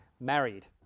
married